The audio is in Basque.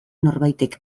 norbaitek